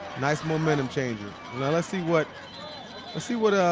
nice momentum changer. now let's see what let's see what